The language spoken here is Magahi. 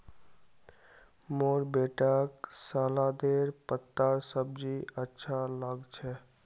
मोर बेटाक सलादेर पत्तार सब्जी अच्छा लाग छ